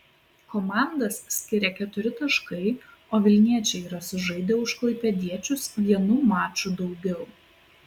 komandas skiria keturi taškai o vilniečiai yra sužaidę už klaipėdiečius vienu maču daugiau